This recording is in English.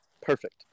perfect